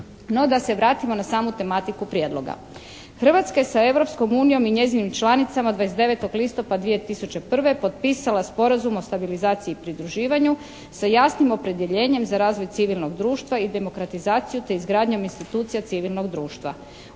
No, da se vratimo na samu tematiku prijedloga. Hrvatska je sa Europskom unijom i njezinim članicama 29. listopada 2001. potpisala Sporazum o stabilizaciji i pridruživanju sa jasnim opredjeljenjem za razvoj civilnog društva i demokratizaciju, te izgradnjom institucija civilnog društva.